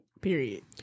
Period